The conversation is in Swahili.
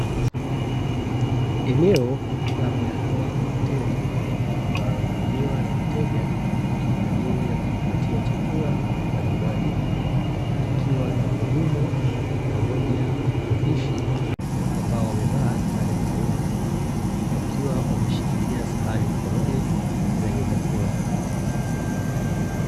Eneo la mgahawa wa hoteli ambalo hutumiwa na wateja kwa ajili ya kujipatia chakula na vinywaji, likiwa na wahudumu pamoja na mpishi ambao wamevaa sare maalumu, wakiwa wameshikilia sahani mikononi zenye vyakula.